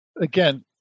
Again